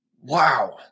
wow